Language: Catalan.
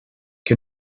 que